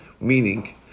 Meaning